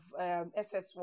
SS1